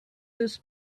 this